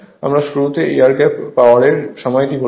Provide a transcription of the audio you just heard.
আমরা শুরুতে air gap পাওয়ারের সময় এটি বলেছিলাম